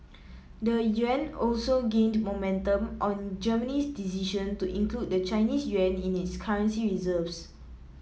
the yuan also gained momentum on Germany's decision to include the Chinese yuan in its currency reserves